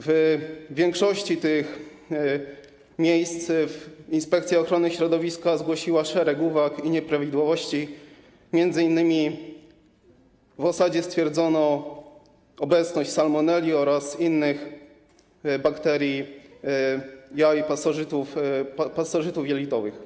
W większości tych miejsc Inspekcja Ochrony Środowiska zgłosiła szereg uwag i nieprawidłowości, m.in. w osadzie stwierdzono obecność salmonelli oraz innych bakterii, jaj pasożytów jelitowych.